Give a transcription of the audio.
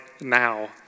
now